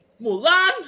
Mulan